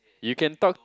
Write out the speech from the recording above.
you can talk